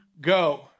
go